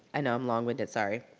i know i'm long winded, sorry.